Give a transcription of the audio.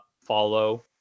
follow